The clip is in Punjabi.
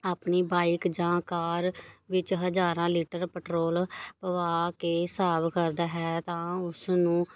ਆਪਣੀ ਬਾਈਕ ਜਾਂ ਕਾਰ ਵਿੱਚ ਹਜ਼ਾਰਾਂ ਲੀਟਰ ਪੈਟਰੋਲ ਪਵਾ ਕੇ ਹਿਸਾਬ ਕਰਦਾ ਹੈ ਤਾਂ ਉਸ ਨੂੰ